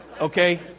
Okay